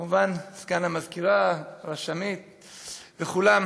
כמובן, סגן המזכירה, רשמת וכולם.